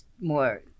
more